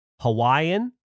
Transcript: Hawaiian